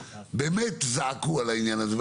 שבאמת זעקו על העניין הזה,